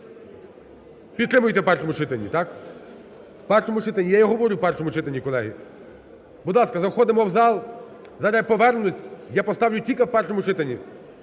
Підтримуєте в першому читанні, так? В першому читанні. Я і говорю, в першому читанні, колеги. Будь ласка, заходимо в зал. Зараз я повернусь, я поставлю тільки в першому читанні,